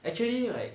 actually like